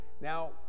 Now